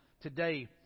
today